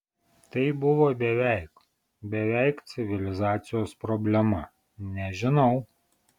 tai buvo beveik beveik civilizacijos problema nežinau